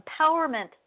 empowerment